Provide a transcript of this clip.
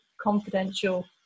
confidential